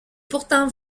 pourtant